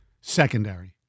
secondary